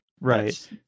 right